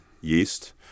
yeast